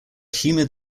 humid